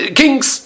kings